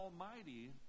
Almighty